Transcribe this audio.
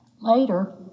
Later